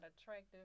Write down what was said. attractive